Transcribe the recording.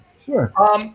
Sure